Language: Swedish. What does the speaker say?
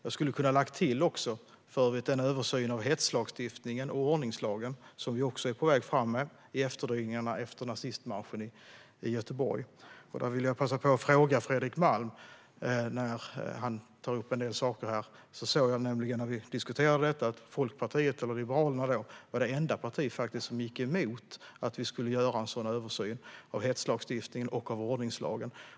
Jag skulle också ha kunnat lägga till en översyn av hetslagstiftningen och ordningslagen, som vi också är på väg att ta fram i efterdyningarna av nazistmarschen i Göteborg. Jag vill i detta sammanhang passa på att ställa en fråga Fredrik Malm. När vi har diskuterat detta har jag noterat att Liberalerna faktiskt var det enda parti som gick emot att vi skulle göra en sådan översyn av hetslagstiftningen och av ordningslagen.